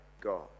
God